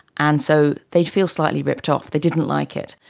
and so they feel slightly ripped off, they didn't like it.